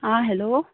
आं हॅलो